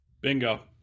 Bingo